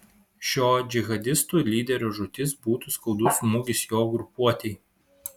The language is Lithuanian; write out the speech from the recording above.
šio džihadistų lyderio žūtis būtų skaudus smūgis jo grupuotei